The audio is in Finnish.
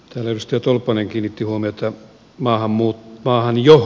päällystötolppanen kiinnitti huomiota maan muut vaan jos